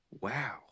Wow